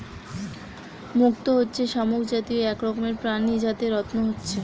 মুক্ত হচ্ছে শামুক জাতীয় এক রকমের প্রাণী যাতে রত্ন হচ্ছে